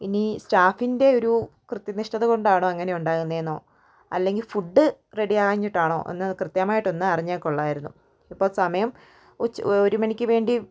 ഇനി സ്റ്റാഫിൻ്റെ ഒരു കൃത്യനിഷ്ഠത കൊണ്ടാണോ അങ്ങനെ ഉണ്ടാകുന്നത് എന്നോ അല്ലെങ്കിൽ ഫുഡ് റെഡി ആകാഞ്ഞിട്ടാണൊ എന്ന് കൃത്യമായിട്ടൊന്ന് അറിഞ്ഞാൽ കൊള്ളമായിരുന്നു ഇപ്പം സമയം ഉച്ച് ഒരു മണിക്ക് വേണ്ടി